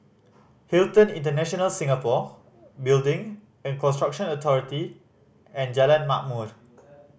Hilton International Singapore Building and Construction Authority and Jalan Ma'mor